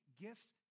gifts